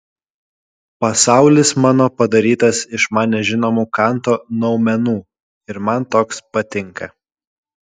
pasaulis mano padarytas iš man nežinomų kanto noumenų ir man toks patinka